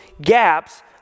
gaps